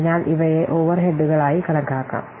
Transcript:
അതിനാൽ ഇവയെ ഓവർഹെഡുകളായി കണക്കാക്കാം